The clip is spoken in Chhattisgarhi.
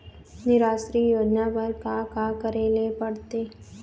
निराश्री योजना बर का का करे ले पड़ते?